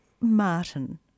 Martin